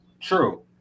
True